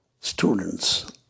students